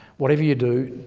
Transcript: whatever you do,